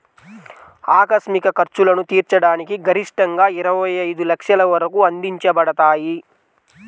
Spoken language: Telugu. ఆకస్మిక ఖర్చులను తీర్చడానికి గరిష్టంగాఇరవై ఐదు లక్షల వరకు అందించబడతాయి